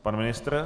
Pan ministr?